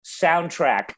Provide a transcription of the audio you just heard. soundtrack